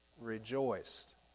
rejoiced